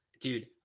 Dude